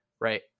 Right